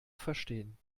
verstehen